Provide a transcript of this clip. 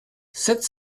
sept